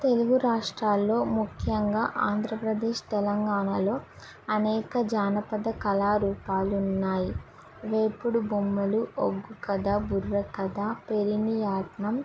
తెలుగు రాష్ట్రాల్లో ముఖ్యంగా ఆంధ్రప్రదేశ్ తెలంగాణలో అనేక జానపద కళారూపాలు ఉన్నాయి వేపుడు బొమ్మలు ఒగ్గు కథ బుర్ర కథ పేరిణి నాట్యం